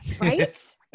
right